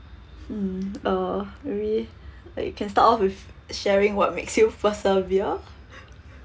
hmm uh maybe like you can start off with sharing what makes you persevere